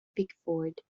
pickford